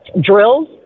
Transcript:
Drills